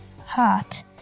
Heart